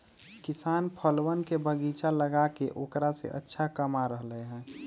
किसान फलवन के बगीचा लगाके औकरा से अच्छा कमा रहले है